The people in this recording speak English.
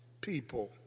people